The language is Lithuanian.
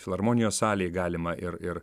filharmonijos salėj galima ir ir